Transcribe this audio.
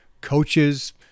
coaches